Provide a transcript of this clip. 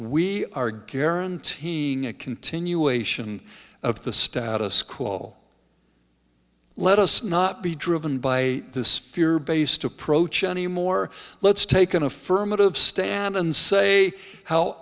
we are guaranteeing a continuation of the status quo let us not be driven by this fear based approach anymore let's take an affirmative stand and say how